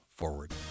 forward